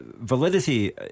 Validity